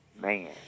Man